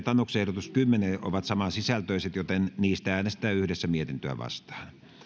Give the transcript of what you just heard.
tanuksen ehdotus kymmenen ovat saman sisältöisiä joten niistä äänestetään yhdessä mietintöä vastaan